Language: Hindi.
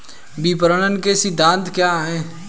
विपणन के सिद्धांत क्या हैं?